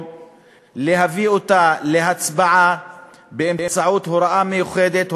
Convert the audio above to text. להביא אותה להצבעה באמצעות הוראה מיוחדת,